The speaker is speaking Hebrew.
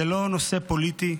זה לא נושא פוליטי,